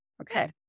okay